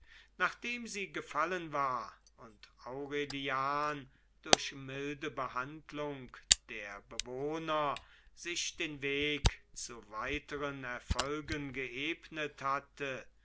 nachdem sie gefallen war und aurelian durch milde behandlung der bewohner sich den weg zu weiteren erfolgen geebnet hatte